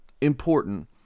important